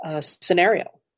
scenario